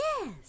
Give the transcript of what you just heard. Yes